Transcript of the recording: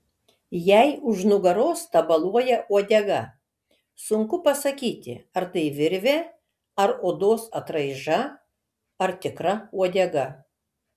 jai už nugaros tabaluoja uodega sunku pasakyti ar tai virvė ar odos atraiža ar tikra uodega